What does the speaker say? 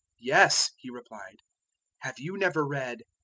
yes, he replied have you never read,